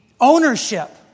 ownership